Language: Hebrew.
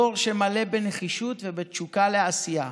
דור שמלא בנחישות ובתשוקה לעשייה.